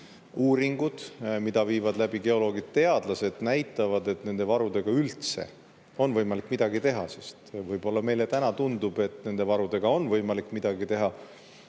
uuringud, mida viivad läbi geoloogid, teadlased, näitavad, et nende varudega on võimalik midagi teha ... Meile täna tundub, et nende varudega on võimalik midagi teha,